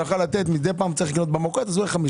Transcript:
יכול היה לתת מדי פעם צריך לתת 50 שקל.